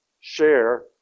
share